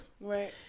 right